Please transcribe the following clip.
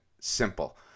Simple